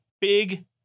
big